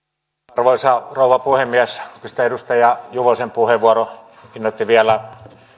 arvoisa rouva puhemies edustaja juvosen puheenvuoro innoitti vielä